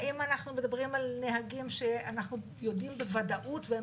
האם אנחנו מדברים על נהגים שאנחנו יודעים בוודאות והם